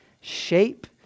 shape